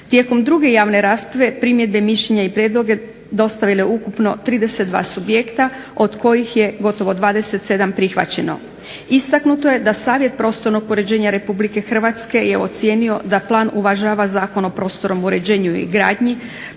Tijekom druge javne rasprave primjedbe, mišljenja i prijedloge dostavilo je ukupno 32 subjekta od kojih je gotovo 27 prihvaćeno. Istaknuto je da Savjet prostornog uređenja Republike Hrvatske je ocijenio da plan uvažava Zakon o prostornom uređenju i gradnji,